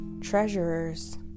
treasurers